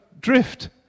drift